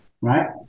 right